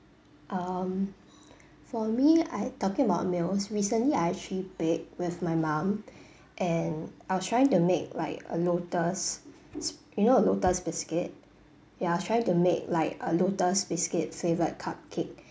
um for me I talking about meals recently I actually baked with my mum and I was trying to make like a lotus s~ you know the lotus biscuit ya I was trying to make like a lotus biscuit flavoured cupcake